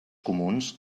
comuns